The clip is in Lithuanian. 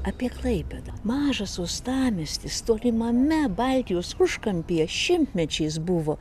apie klaipėdą mažas uostamiestis tolimame baltijos užkampyje šimtmečiais buvo